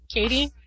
Katie